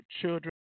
children